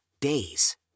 days